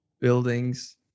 buildings